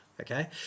okay